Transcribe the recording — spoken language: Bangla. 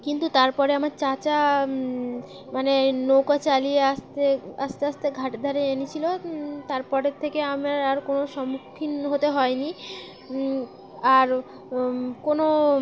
কিন্তু তার পরে আমার চাচা মানে নৌকা চালিয়ে আস্তে আস্তে আস্তে ঘাটের ধারে এনেছিল তার পরের থেকে আমার আর কোনো সম্মুখীন হতে হয়নি আর কোনো